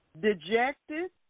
dejected